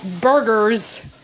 Burgers